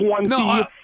No